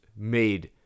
made